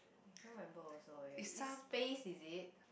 I cannot remember also eh it's space is it